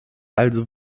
also